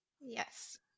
Yes